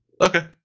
okay